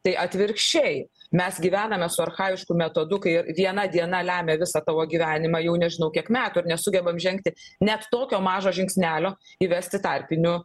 tai atvirkščiai mes gyvename su archaišku metodu kai viena diena lemia visą tavo gyvenimą jau nežinau kiek metų ir nesugebam žengti net tokio mažo žingsnelio įvesti tarpinių